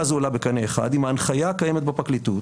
קביעה זו עולה בקנה אחד עם ההנחיה הקיימת בפרקליטות,